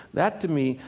that, to me,